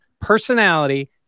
personality